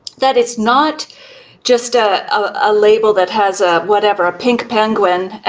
that it's not just ah a label that has ah whatever, a pink penguin.